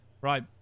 right